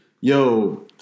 yo